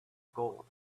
gold